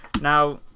Now